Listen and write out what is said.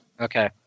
okay